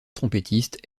trompettiste